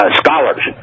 scholars